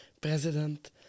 president